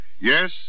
Yes